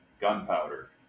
gunpowder